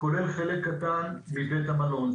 כולל חלק קטן מבית המלון.